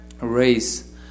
Race